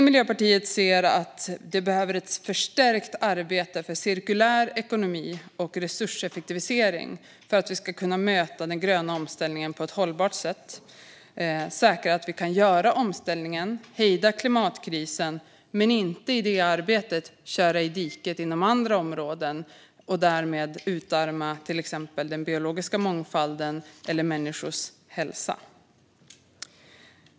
Miljöpartiet anser att det behövs ett förstärkt arbete för cirkulär ekonomi och resurseffektivisering för att vi ska kunna möta den gröna omställningen på ett hållbart sätt, säkra att vi kan göra omställningen och hejda klimatkrisen utan att i det arbetet köra i diket inom andra områden och därmed utarma till exempel den biologiska mångfalden eller människors hälsa.